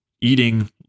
eating